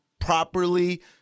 properly